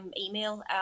email